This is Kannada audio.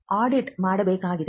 ಆಡಿಟ್ ಮಾಡಬೇಕಾಗಿದೆ